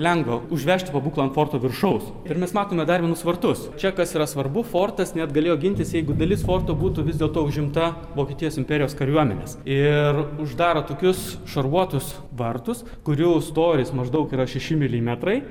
lengva užvesti pabūklą ant forto viršaus ir mes matome dar vienus vartus čia kas yra svarbu fortas net galėjo gintis jeigu dalis forto būtų vis dėlto užimta vokietijos imperijos kariuomenės ir uždaro tokius šarvuotus vartus kurių storis maždaug yra šeši milimetrai